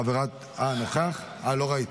חבר הכנסת עמית הלוי, אינו נוכח, סליחה,